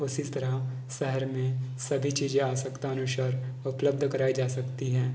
उसी तरह शहर में सभी चीज़ें आवश्यकता अनुसार उपलब्ध कराई जा सकती हैं